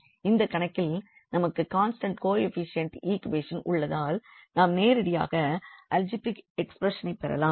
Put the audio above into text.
இந்த கணக்கில் நமக்கு கான்ஸ்டன்ட் கோயபிசியன்ட் இக்வேஷன் உள்ளதால் நாம் நேரடியாக அல்ஜிப்ரிக் எக்ஸ்ப்ரஷனைப் பெறலாம்